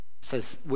says